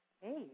Hey